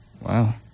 Wow